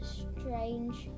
strange